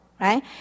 Right